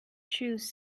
shoes